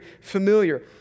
familiar